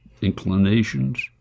inclinations